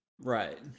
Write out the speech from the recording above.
right